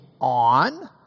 on